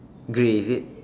grey is it